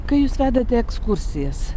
kai jūs vedate ekskursijas